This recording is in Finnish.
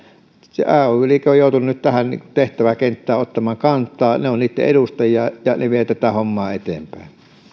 ay liike on nyt joutunut tähän tehtäväkenttään ottamaan kantaa he ovat näiden edustajia ja he vievät tätä hommaa eteenpäin